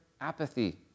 apathy